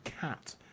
cat